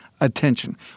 Attention